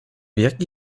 jaki